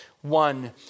One